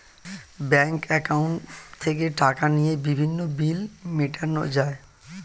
bank অ্যাকাউন্টে থেকে টাকা নিয়ে বিভিন্ন বিল মেটানো যায়